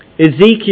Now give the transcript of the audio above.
Ezekiel